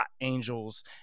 angels